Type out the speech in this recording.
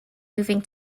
moving